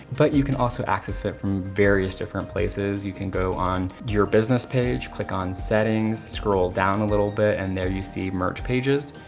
but you can also access it from various different places. you can go on your business page, click on settings, scroll down a little bit and there you see merge pages.